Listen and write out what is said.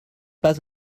pas